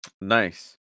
Nice